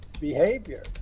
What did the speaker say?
behavior